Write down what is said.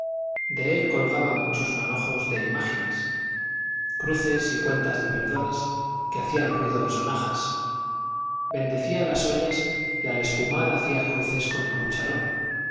de él colgaban muchos manojos de imágines cruces y cuentas de perdones que hacían ruido de sonajas bendecía las ollas y al espumar hacía cruces con el cucharón